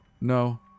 No